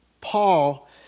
Paul